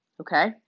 okay